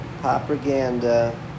propaganda